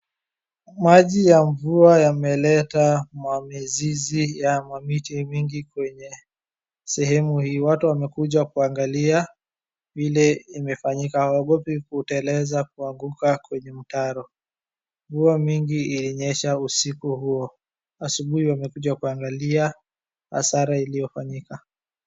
Maji ya mvua yameleta mamizizi ya mamiti mingi kwenye sehemu hii. Watu wamekuja kuangalia vile imefanyika. Hawaogopi kuteleza kuanguka kwenye mtaro. Mvua mingi ilinyesha usiku huo. Asubuhi wamekuja kuangalia hasara iliyofanyika.